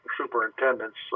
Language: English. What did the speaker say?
superintendents